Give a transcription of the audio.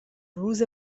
روز